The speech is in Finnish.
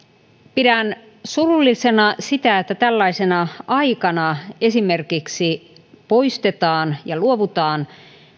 pidän surullisena sitä että tällaisena aikana esimerkiksi poistetaan ja luovutaan